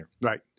Right